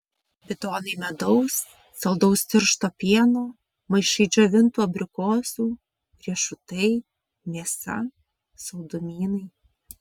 bidonai medaus saldaus tiršto pieno maišai džiovintų abrikosų riešutai mėsa saldumynai